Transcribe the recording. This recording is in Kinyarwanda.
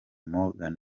morgan